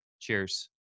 Cheers